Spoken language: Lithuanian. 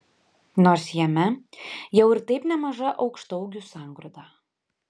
nors jame jau ir taip nemaža aukštaūgių sangrūda